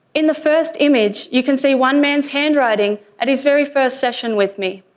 in the first image you can see one man's handwriting at his very first session with me,